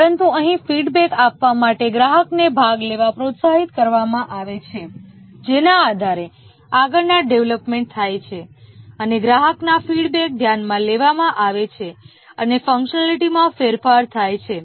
પરંતુ અહીં ફીડબેક આપવા માટે ગ્રાહકને ભાગ લેવા પ્રોત્સાહિત કરવામાં આવે છે જેના આધારે આગળના ડેવલપમેન્ટ થાય છે અને ગ્રાહકના ફીડબેકને ધ્યાનમાં લેવામાં આવે છે અને ફંકશનાલિટીમાં ફેરફાર થાય છે